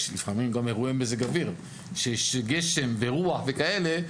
יש לפעמים גם אירועי מזג אוויר שיש גשם ורוח וכאלה.